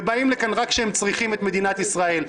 הם באים לכאן רק כשהם צריכים את מדינת ישראל.